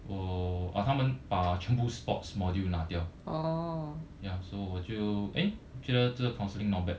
我 oh 他们把全部 sports module 拿掉 ya so 我就 eh 觉得这个 counselling not bad